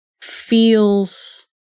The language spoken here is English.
feels